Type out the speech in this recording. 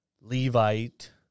Levite